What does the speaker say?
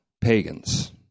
pagans